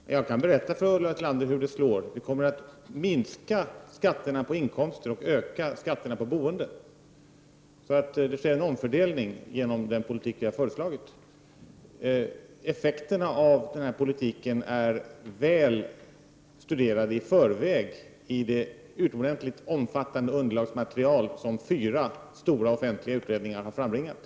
Herr talman! Jag kan berätta för Ulla Tillander hur skattereformen kommer att slå. Den kommer att minska skatterna på inkomster och öka skatterna på boendet. Det sker alltså en omfördelning genom den politik som vi har föreslagit. Effekterna av politiken har studerats vä" ”Srväg i det utomordentligt omfattande material som fyra stora offentliga u:: "ningar har frambringat.